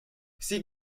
sie